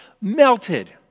melted